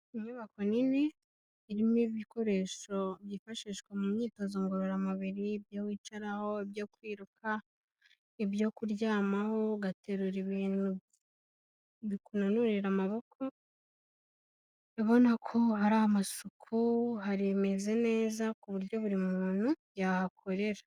Inyubako nini irimo ibikoresho byifashishwa mu myitozo ngorora mubiri ibyo wicaraho, ibyo kwirukaho, ibyo kuryamaho, ugaterura ibintu bikunanurira amaboko, ubona ko hari amasuku hameze neza ku buryo buri muntu yahakorera.